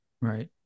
Right